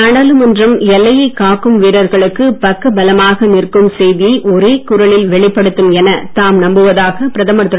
நாடாளுமன்றம் எல்லையை காக்கும் வீரர்களுக்கு பக்கபலமாக நிற்கும் செய்தியை ஒரே குரலில் வெளிப்படுத்தும் எனத் தாம் நம்புவதாக பிரதமர் திரு